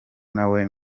nawe